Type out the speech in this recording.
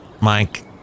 Mike